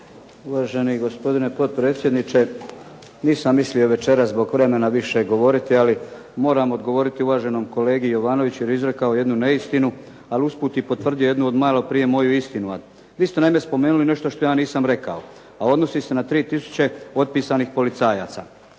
Uvaženi gospodine potpredsjedniče, nisam mislio večeras zbog vremena više govoriti. Ali moram odgovoriti uvaženom kolegi Jovanoviću jer je izrekao jednu neistinu, ali usput i potvrdio jednu od malo prije moju istinu. Vi ste naime spomenuli nešto što ja nisam rekao, a odnosi se na 3000 potpisanih policajaca.